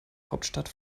hauptstadt